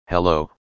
Hello